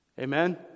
Amen